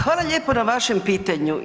Hvala lijepa na vašem pitanju.